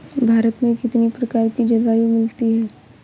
भारत में कितनी प्रकार की जलवायु मिलती है?